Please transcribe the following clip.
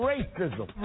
Racism